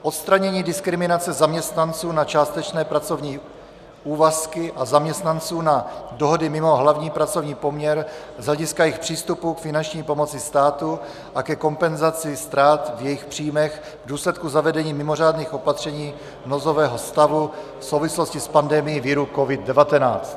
Odstranění diskriminace zaměstnanců na částečné pracovní úvazky a zaměstnanců na dohody mimo hlavní pracovní poměr z hlediska jejich přístupu k finanční pomoci státu a ke kompenzaci ztrát v jejich příjmech v důsledku zavedení mimořádných opatření nouzového stavu v souvislosti s pandemií viru COVID19.